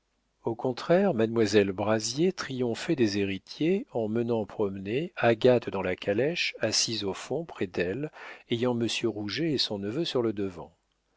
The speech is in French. au contraire mademoiselle brazier triomphait des héritiers en menant promener agathe dans la calèche assise au fond près d'elle ayant monsieur rouget et son neveu sur le devant